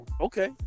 Okay